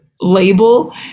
label